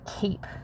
keep